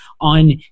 on